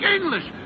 English